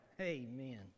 Amen